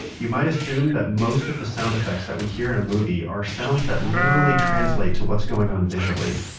you might assume that most of the sound effects that we hear in a movie are sounds that literally translate to what's going on visually.